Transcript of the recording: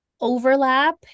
Overlap